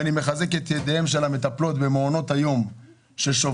ואני מחזק את ידיהן של המטפלות במעונות היום ששובתות.